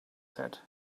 said